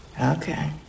Okay